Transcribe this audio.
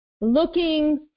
looking